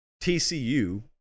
TCU